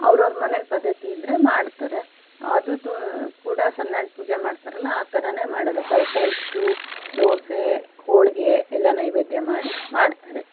ಅವರವ್ರ ಮನೇಲಿ ಪದ್ಧತಿ ಇದ್ರೆ ಮಾಡ್ತಾರೆ ಅದು ತೂ ಕೂಡ ಸತ್ಯನಾರಾಯ್ಣ ಪೂಜೆ ಮಾಡ್ತಾರಲ್ಲ ಆ ಥರನೇ ಮಾಡೋದು ಕಳಸ ಇಟ್ಟು ದೋಸೆ ಹೋಳಿಗೆ ಎಲ್ಲ ನೈವೇದ್ಯ ಮಾಡಿ ಮಾಡ್ತಾರೆ